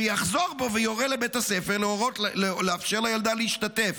שיחזור בו ויורה לבית הספר לאפשר לילדה להשתתף.